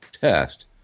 test